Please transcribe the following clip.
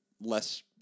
less